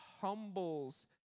humbles